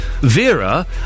Vera